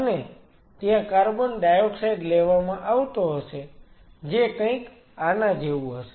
અને ત્યાં carbon dioxide લેવામાં આવતો હશે જે કંઈક આના જેવું હશે